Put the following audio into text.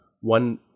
one